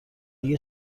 دیگه